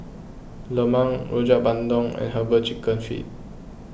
Lemang Rojak Bandung and Herbal Chicken Feet